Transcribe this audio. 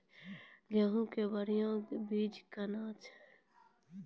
गेहूँ के बढ़िया बीज कौन छ?